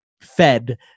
fed